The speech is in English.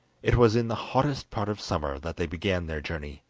it was in the hottest part of summer that they began their journey,